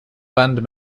band